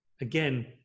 again